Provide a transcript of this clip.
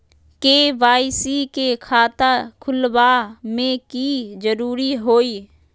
KYC के खाता खुलवा में की जरूरी होई?